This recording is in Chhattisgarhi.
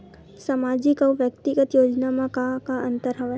सामाजिक अउ व्यक्तिगत योजना म का का अंतर हवय?